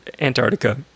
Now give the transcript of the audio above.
Antarctica